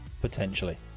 Potentially